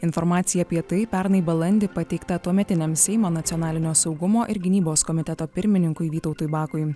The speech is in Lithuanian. informaciją apie tai pernai balandį pateikta tuometiniam seimo nacionalinio saugumo ir gynybos komiteto pirmininkui vytautui bakui